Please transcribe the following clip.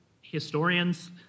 historians